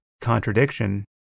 Contradiction